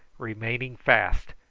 remaining fast,